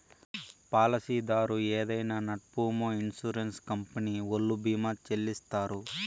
పాలసీదారు ఏదైనా నట్పూమొ ఇన్సూరెన్స్ కంపెనీ ఓల్లు భీమా చెల్లిత్తారు